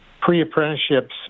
pre-apprenticeships